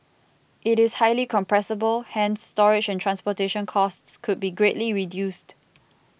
it is highly compressible hence storage and transportation costs could be greatly reduced